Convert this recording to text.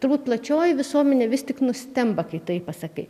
turbūt plačioji visuomenė vis tik nustemba kai taip pasakai